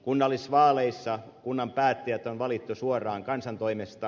kunnallisvaaleissa kunnan päättäjät on valittu suoraan kansan toimesta